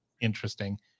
interesting